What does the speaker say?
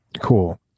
cool